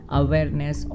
awareness